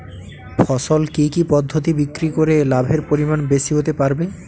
ফসল কি কি পদ্ধতি বিক্রি করে লাভের পরিমাণ বেশি হতে পারবে?